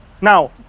Now